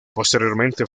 posteriormente